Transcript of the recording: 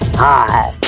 Hi